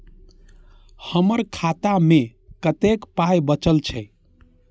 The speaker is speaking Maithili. हमर खाता मे कतैक पाय बचल छै